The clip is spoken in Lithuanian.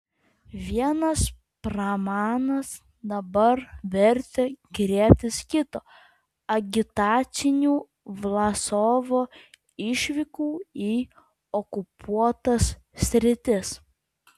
vienas pramanas dabar vertė griebtis kito agitacinių vlasovo išvykų į okupuotas sritis